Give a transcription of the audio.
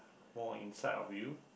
more inside of you